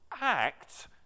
act